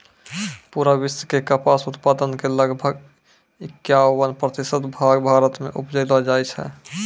पूरा विश्व के कपास उत्पादन के लगभग इक्यावन प्रतिशत भाग भारत मॅ उपजैलो जाय छै